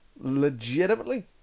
legitimately